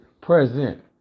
present